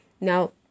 Now